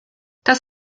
das